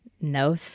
No